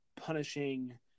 punishing